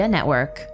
Network